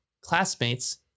classmates